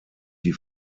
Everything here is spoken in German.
die